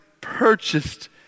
purchased